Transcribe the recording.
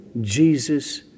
Jesus